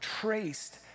traced